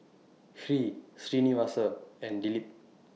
Hri Srinivasa and Dilip